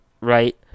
Right